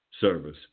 service